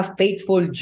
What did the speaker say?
faithful